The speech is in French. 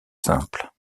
simples